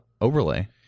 overlay